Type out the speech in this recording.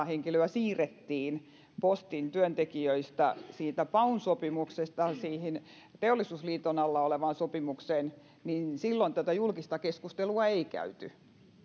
henkilöä siirrettiin postin työntekijöistä paun sopimuksesta siihen teollisuusliiton alla olevaan sopimukseen silloin tätä julkista keskustelua ei käyty